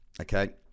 Okay